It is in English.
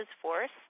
Force